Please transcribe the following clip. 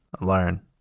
learn